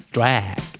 Drag